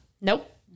Nope